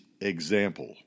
example